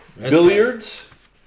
billiards